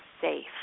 safe